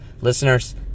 Listeners